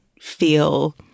feel